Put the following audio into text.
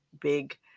big